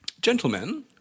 Gentlemen